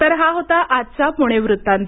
तर हा होता आजचा पुणे वृतांत